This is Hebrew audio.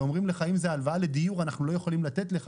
ואומרים לך אם זאת הלוואה לדיור אנחנו לא יכולים לתת לך,